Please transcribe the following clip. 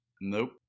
Nope